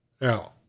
Now